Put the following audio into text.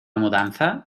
mudanza